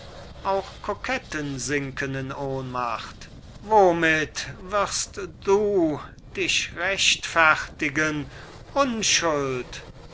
auch koketten sinken in ohnmacht womit wirst du dich rechtfertigen unschuld